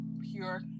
Pure